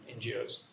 NGOs